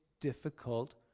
difficult